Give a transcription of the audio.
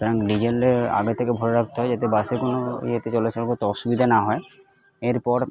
কারণ ডিজেলে আগে থেকে ভরে রাখতে হয় যাতে বাসে কোনো ইয়েতে চলাচল করতে অসুবিধা না হয় এরপর